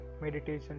Meditation